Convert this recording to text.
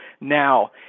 now